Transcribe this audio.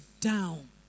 down